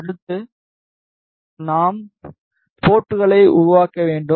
அடுத்து நாம் போர்ட்களை உருவாக்க வேண்டும்